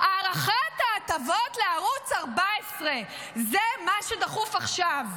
הארכת ההטבות לערוץ 14. זה דחוף עכשיו.